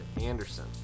Anderson